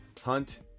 Hunt